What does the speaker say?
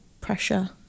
pressure